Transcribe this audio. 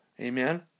Amen